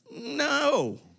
No